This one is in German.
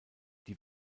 die